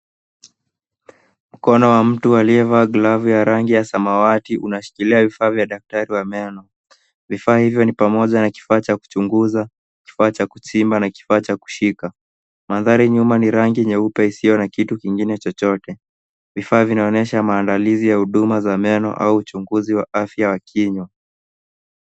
Mkono wa mtu aliyevaa glavu ya rangi ya samawati unashikilia vifaa vya daktari wa meno. Vifaa hivyo ni pamoja na kifaa cha kuchunguza, kifaa cha kuchimba na kifaa cha kushika. Mandhari nyuma ni rangi nyeupe isiyo na kitu kingine chochote. Vifaa vinaonyesha maandalizi ya huduma za meno au uchunguzi wa afya wa kinywa.